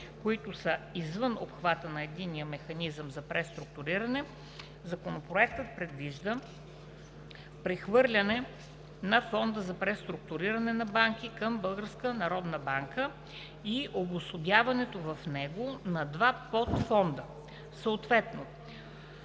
които са извън обхвата на Единния механизъм за преструктуриране, Законопроектът предвижда прехвърляне на Фонда за преструктуриране на банки към Българска народна банка и обособяването в него на два подфонда,